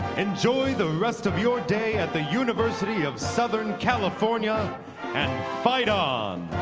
enjoy the rest of your day at the university of southern california and fight on!